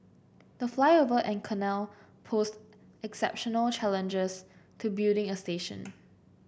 the flyover and canal posed exceptional challenges to building a station